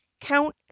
Count